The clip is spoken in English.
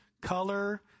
Color